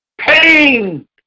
Pain